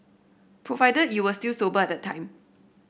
provided you were still sober at time